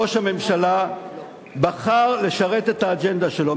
ראש הממשלה בחר לשרת את האג'נדה שלו.